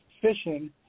fishing